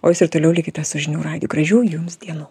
o jūs ir toliau likite su žinių radiju gražių jums dienų